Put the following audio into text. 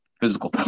physical